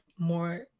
more